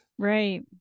right